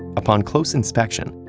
upon close inspection,